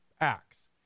Acts